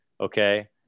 okay